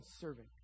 serving